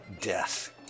Death